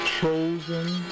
chosen